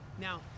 now